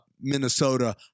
Minnesota